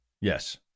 Yes